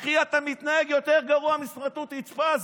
אחי, אתה מתנהג יותר גרוע מסמרטוט רצפה.